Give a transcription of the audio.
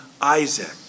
Isaac